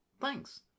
Thanks